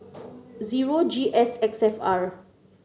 zero G S X F R